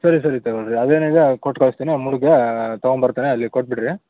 ಸರಿ ಸರಿ ತಗೊಳ್ರಿ ಅದೇನಿದೆಯೊ ಕೊಟ್ಟು ಕಳಿಸ್ತೀನಿ ನಮ್ಮ ಹುಡುಗ ತಗೊಂಡು ಬರ್ತಾನೆ ಅಲ್ಲಿ ಕೊಟ್ಟುಬಿಡ್ರಿ